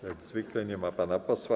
Jak zwykle nie ma pana posła.